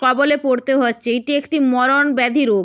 কবলে পড়তে হচ্ছে এটি একটি মরণ ব্যাধি রোগ